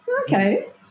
Okay